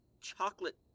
chocolate